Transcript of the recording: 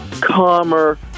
calmer